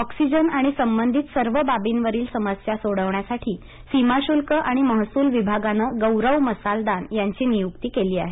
oxygen आणि संबंधित सर्व बाबींवरील समस्या सोडवण्यासाठी सीमाशुल्क आणि महसूल विभागानं गौरव मसालदान यांची नियूक्ती केली आहे